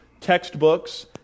textbooks